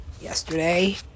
Yesterday